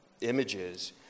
images